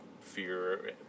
fear